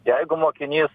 jeigu mokinys